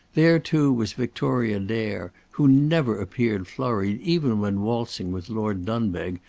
there, too, was victoria dare, who never appeared flurried even when waltzing with lord dunbeg,